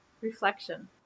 Reflection